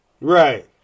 Right